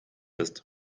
ist